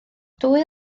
dwy